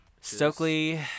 Stokely